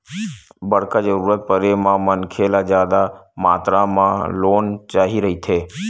बड़का जरूरत परे म मनखे ल जादा मातरा म लोन चाही रहिथे